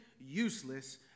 useless